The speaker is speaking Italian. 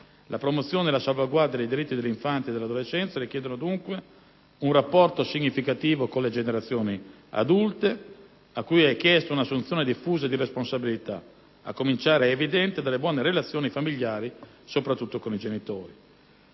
La promozione e la salvaguardia dei diritti dell'infanzia e dell'adolescenza richiedono dunque un rapporto significativo con le generazioni adulte, a cui è chiesta un'assunzione diffusa di responsabilità, a cominciare - è evidente - dalle buone relazioni familiari, soprattutto con i genitori.